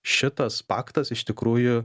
šitas paktas iš tikrųjų